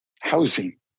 housing